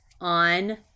on